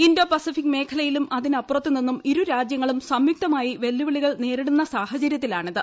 Indo Pacific മേഖലയിലും അതിന്പ്പുറത്തു നിന്നും ഇരുരാജ്യങ്ങളും സംയുക്തമായി വെല്ലുപ്പിളികൾ നേരിടുന്ന സാഹചര്യത്തിലാണിത്